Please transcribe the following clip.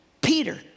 Peter